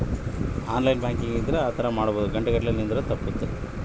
bank ಒಳಗ ಗಂಟೆ ಗಟ್ಲೆ ಲೈನ್ ಒಳಗ ನಿಲ್ಲದು ತಪ್ಪುತ್ತೆ